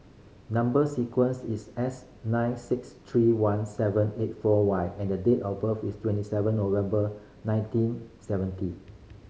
number sequence is S nine six three one seven eight four Y and the date of birth is twenty seven November nineteen seventy